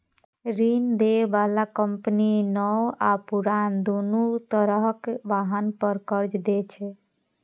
ऋण दै बला कंपनी नव आ पुरान, दुनू तरहक वाहन पर कर्ज दै छै